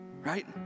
right